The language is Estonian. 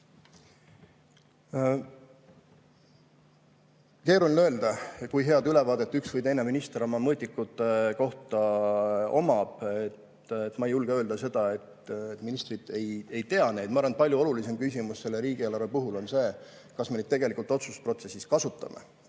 Keeruline öelda, kui head ülevaadet üks või teine minister oma mõõdikute kohta omab. Ma ei julge öelda seda, et ministrid ei tea neid. Ma arvan, et palju olulisem küsimus riigieelarve puhul on see, kas me neid tegelikult otsustusprotsessis kasutame,